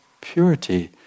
purity